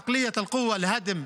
--- אמרתי, זה לא קורה בכל פעם.